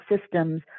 systems